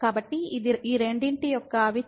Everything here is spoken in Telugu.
కాబట్టి ఇది ఈ రెండింటి యొక్క అవిచ్ఛిన్న తనిఖీ